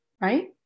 right